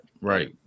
Right